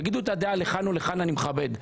תגידו את הדעה לכאן או לכאן אני מכבד.